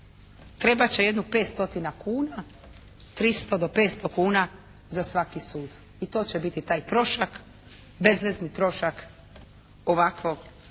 Trebat će jedno 5 stotina kuna, 300 do 500 kuna za svaki sud. I to će biti taj trošak, bezvezni trošak ovakvog